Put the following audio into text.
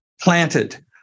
planted